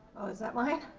oh, is that mine?